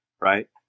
right